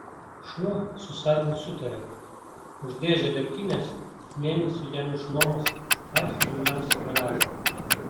šuo su sargu sutarė už dėžę degtinės mėnesiui jam išnuomos patį tolimiausią garažą